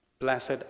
Blessed